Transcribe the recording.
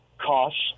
costs